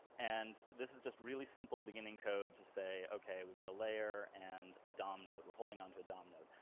and this is just really simple beginning code to say, okay, we've got a layer and a dom node. we're holding onto a dom node.